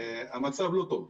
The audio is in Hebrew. המצב לא טוב.